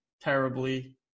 terribly